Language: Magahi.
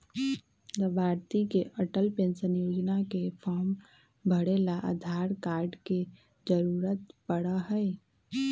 लाभार्थी के अटल पेन्शन योजना के फार्म भरे ला आधार कार्ड के जरूरत पड़ा हई